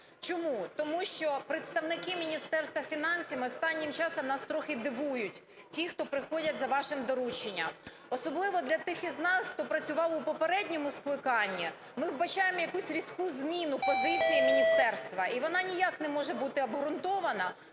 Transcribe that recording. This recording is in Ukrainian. Чому? Тому що представники Міністерства фінансів останнім часом нас трохи дивують, ті, хто приходять за вашим дорученням. Особливо для тих із нас, хто працював у попередньому скликанні… Ми вбачаємо якусь різку зміну позиції міністерства. І вона ніяк не може бути обґрунтована,